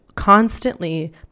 constantly